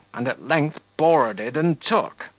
and at length boarded and took.